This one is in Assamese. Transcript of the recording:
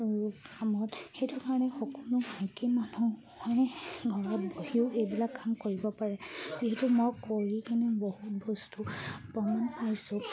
কামত সেইটো কাৰণে সকলো বাকী মানুহে ঘৰত বহিও এইবিলাক কাম কৰিব পাৰে যিহেতু মই কৰি কেনে বহুত বস্তু বনোৱা পাইছোঁ